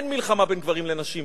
אין מלחמה בין גברים לנשים